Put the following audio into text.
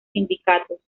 sindicatos